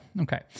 Okay